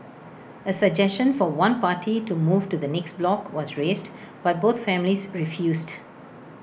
A suggestion for one party to move to the next block was raised but both families refused